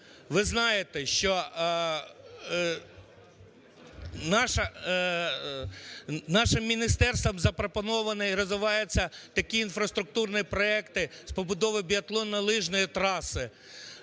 ви знаєте, що нашим міністерством запропоновані, розвиваються такі інфраструктурні проекти з побудови біатлонно-лижної траси,